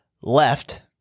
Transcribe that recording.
left